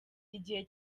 igihe